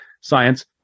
science